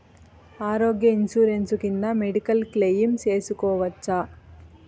ఆరోగ్య ఇన్సూరెన్సు కింద medical claim సేసుకోవచ్చా?